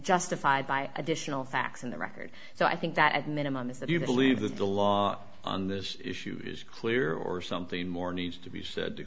justified by additional facts in the record so i think that at minimum is that you believe that the law on this issue is clear or something more needs to be said